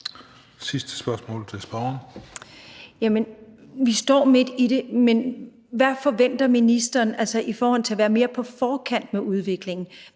Ammitzbøll (KF): Ja, vi står midt i det, men hvad forventer ministeren i forhold til at være mere på forkant med udviklingen?